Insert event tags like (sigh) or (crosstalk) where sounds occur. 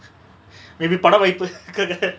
(breath) maybe படவாய்ப்பு:padavaaippu (laughs)